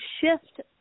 shift